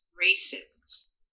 races